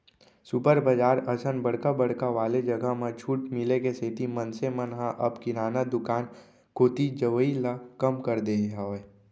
super बजार असन बड़का बड़का वाले जघा म छूट मिले के सेती मनसे मन ह अब किराना दुकान कोती जवई ल कम कर दे हावय